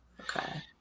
Okay